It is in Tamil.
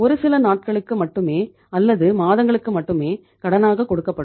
ஒரு சில நாட்களுக்கு மட்டுமே அல்லது மாதங்களுக்கு மட்டுமே கடனாக கொடுக்கப்படும்